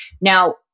Now